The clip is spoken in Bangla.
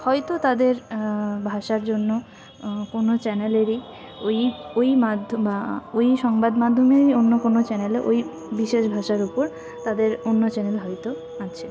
হয়তো তদের ভাষার জন্য কোনো চ্যানেলেরই ওই ওই মাধ্যম ওই সংবাদ মাধ্যমেরই অন্য কোনো চ্যানেলে ওই বিশেষ ভাষার উপর তাদের অন্য চ্যানেল হয়তো আছে